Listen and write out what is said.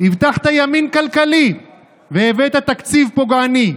הבטחת ימין כלכלי והבאת תקציב פוגעני: